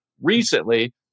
recently